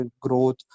growth